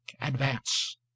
advance